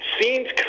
seems